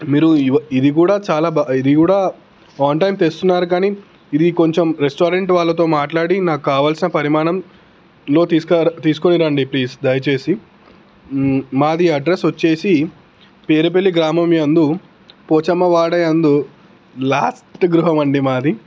మీరు ఇవ ఇది కూడా చాలా బాగా ఇది కూడా ఆన్ టైం తెస్తున్నారు కానీ ఇది కొంచెం రెస్టారెంట్ వాళ్ళతో మాట్లాడి నాకు కావలసిన పరిమాణంలో తీసుక తీసుకునిరండి ప్లీజ్ దయచేసి మాది అడ్రస్ వచ్చేసి పేరుపల్లి గ్రామం యందు పోచమ్మ వాడ యందు లాస్ట్ గృహం అండి మాది